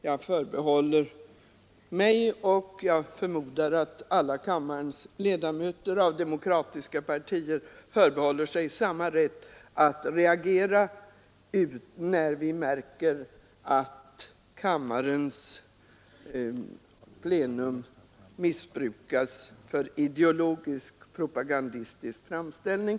Jag förbehåller mig — jag förmodar att andra ledamöter av demokratiska partier gör likaledes — rätten att reagera när vi märker att kammarens plenum missbrukas för ideologisk propagandistisk framställning.